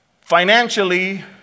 financially